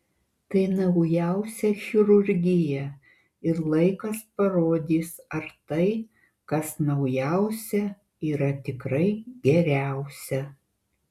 tai naujausia chirurgija ir laikas parodys ar tai kas naujausia yra tikrai geriausia